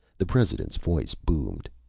the president's voice boomed.